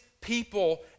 people